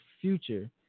future